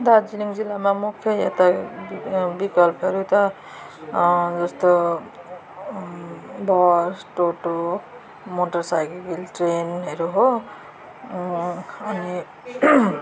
दार्जिलिङ जिल्लमा मुख्य यता विकल्पहरू त जस्तो बस टोटो मोटरसाइकिल ट्रेनहरू हो अनि